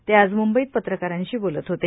ते आज मुंबईत पत्रकारांशी बोलत होते